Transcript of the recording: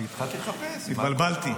אני התחלתי לחפש מה קורה עוד.